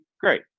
great